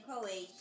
Croatia